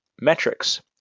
metrics